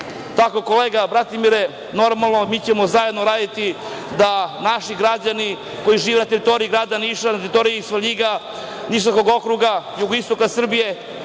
Tako, kolega Bratimire, normalno, mi ćemo zajedno raditi da naši građani koji žive na teritoriji grada Niša, na teritoriji Svrljiga, Nišavskog okruga, jugoistoka Srbije